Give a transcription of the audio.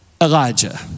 Elijah